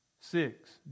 Six